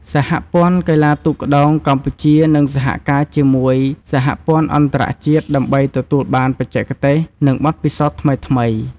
សហព័ន្ធកីឡាទូកក្ដោងកម្ពុជានឹងសហការជាមួយសហព័ន្ធអន្តរជាតិដើម្បីទទួលបានបច្ចេកទេស និងបទពិសោធន៍ថ្មីៗ។